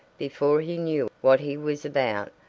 before he knew what he was about,